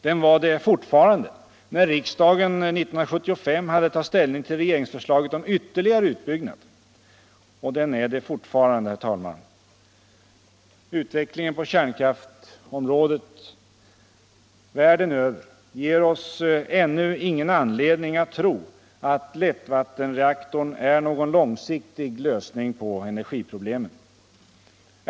Den var det när riksdagen 1975 hade att ta ställning till regeringsförslaget om ytterligare utbyggnad, och den är det fortfarande. Utvecklingen på kärnkraftsområdet världen Över ger oss ännu ingen anledning att tro att lättvattenreaktorn är någon långsiktig lösning på energiproblemen.